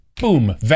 boom